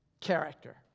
character